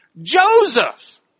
Joseph